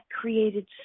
created